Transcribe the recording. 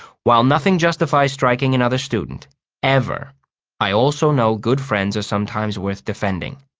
while nothing justifies striking another student ever i also know good friends are sometimes worth defending.